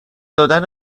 دادن